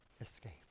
escape